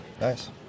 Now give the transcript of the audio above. Nice